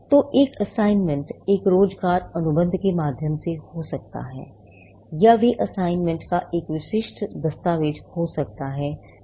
तो एक असाइनमेंट एक रोजगार अनुबंध के माध्यम से हो सकता है या वे असाइनमेंट का एक विशिष्ट दस्तावेज हो सकता है